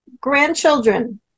grandchildren